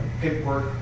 paperwork